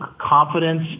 confidence